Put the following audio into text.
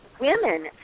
women